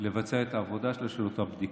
לבצע את העבודה שלה, של אותה בדיקה.